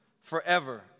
forever